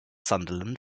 sunderland